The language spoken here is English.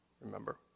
remember